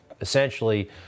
essentially